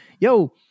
yo